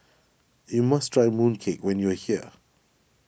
you must try Mooncake when you are here